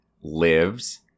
lives